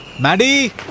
Maddie